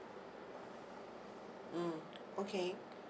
mm okay